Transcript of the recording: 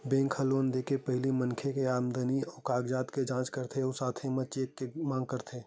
bank ह loan दे के पहिली मनखे के आमदनी अउ कागजात के जाँच करथे अउ साथे म चेक के मांग करथे